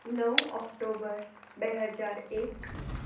નવ ઓક્ટોબર બે હજાર એક